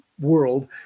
world